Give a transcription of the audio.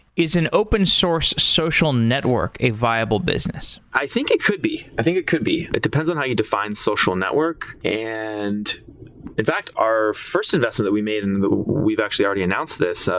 is an open source social network a viable business? i think it could be. i think it could be. it depends on how you define social network. and in fact, our first investment that we made and we've actually already announced this,